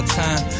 time